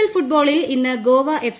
L ഫുട്ബോളിൽ ഇന്ന് Goa F